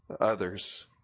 others